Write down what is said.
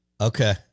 Okay